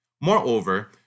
Moreover